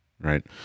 right